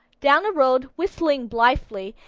down the road, whistling blithely,